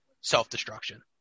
self-destruction